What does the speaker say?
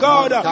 God